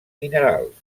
minerals